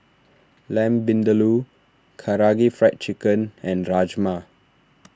Lamb Vindaloo Karaage Fried Chicken and Rajma